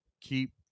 keep